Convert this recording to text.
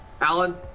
Alan